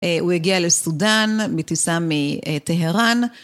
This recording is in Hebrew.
הוא הגיע לסודאן, מטיסה מטהרן.